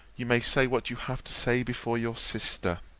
you may say what you have to say before your sister.